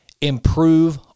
improve